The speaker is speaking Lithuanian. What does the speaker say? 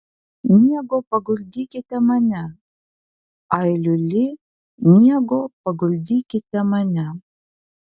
miego paguldykite mane ai liuli miego paguldykite mane